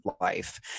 life